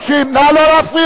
חנין זועבי זכות לפי